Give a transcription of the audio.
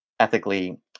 ethically